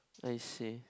I see